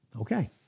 Okay